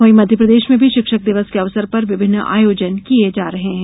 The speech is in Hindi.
वहीं मध्यप्रदेश में भी शिक्षक दिवस के अवसर पर विभिन्न आयोजन किये जा रहे हैं